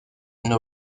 une